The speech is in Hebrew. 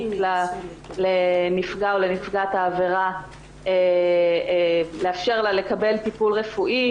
לאפשר לנפגע או לנפגעת העבירה לקבל טיפול רפואי